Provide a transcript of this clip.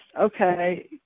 okay